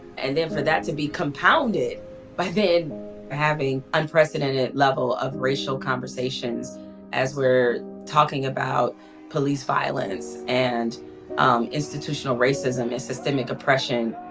and then for that to be compounded by then having unprecedented level of racial conversations as we're talking about police violence and institutional racism and systemic oppression.